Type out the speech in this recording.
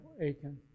Aiken